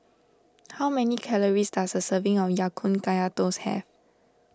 how many calories does a serving of Ya Kun Kaya Toast have